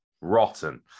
Rotten